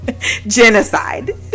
genocide